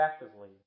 effectively